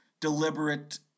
deliberate